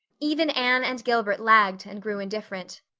even anne and gilbert lagged and grew indifferent.